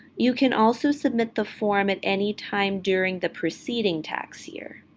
you can also submit the form at any time during the preceding tax year.